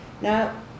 now